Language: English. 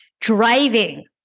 Driving